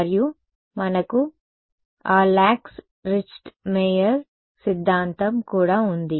మరియు మనకు ఆ లాక్స్ రిచ్ట్మెయర్ సిద్ధాంతం కూడా ఉంది